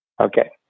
Okay